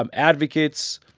um advocates,